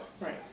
Right